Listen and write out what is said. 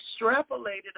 extrapolated